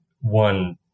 one